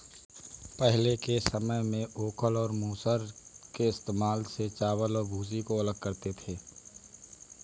पहले के समय में ओखल और मूसल के इस्तेमाल से चावल और भूसी को अलग करते थे